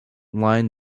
line